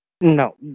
No